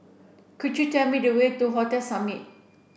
could you tell me the way to Hotel Summit